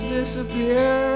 disappear